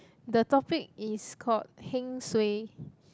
the topic is called heng suay